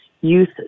youth